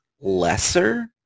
lesser